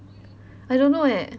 I don't know eh